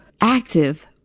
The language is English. active